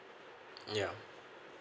ya